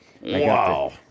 Wow